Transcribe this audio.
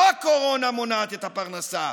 לא הקורונה מונעת את הפרנסה,